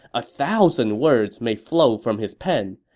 a thousand words may flow from his pen,